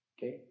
Okay